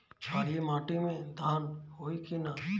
क्षारिय माटी में धान होई की न?